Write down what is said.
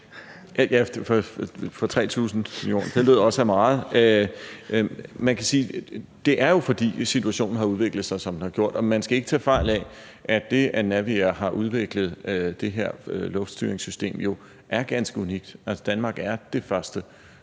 Transportministeren (Benny Engelbrecht): Det er jo, fordi situationen har udviklet sig, som den har gjort, og man skal ikke tage fejl af, at det, at Naviair har udviklet det her luftstyringssystem, jo er ganske unikt. Danmark er det første